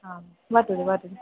आम् वदतु वदतु